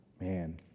man